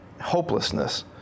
Hopelessness